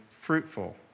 fruitful